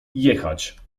jechać